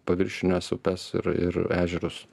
paviršines upes ir ir ežerus